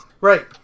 Right